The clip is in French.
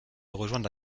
rejoindre